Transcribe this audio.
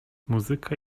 muzyka